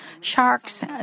sharks